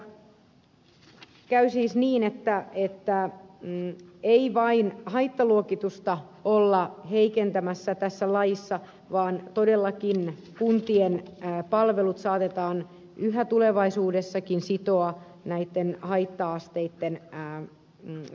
nyt käy siis niin että ei vain haittaluokitusta olla heikentämässä tässä laissa vaan todellakin kuntien palvelut saatetaan yhä tulevaisuudessakin sitoa näitten haitta asteitten luokitukseen